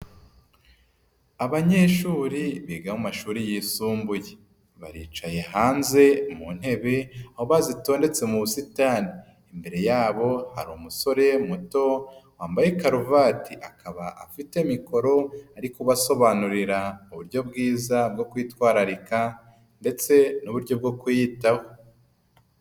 Abanyeshuri biga amashuri yisumbuye, baricaye hanze mu ntebe abo zitonetse mu busitani, imbere yabo hari umusore muto wambaye karuvati, akaba afite mikoro ari kubasobanurira uburyo bwiza bwo kwitwararika ndetse n'uburyo bwo kwiyitaho.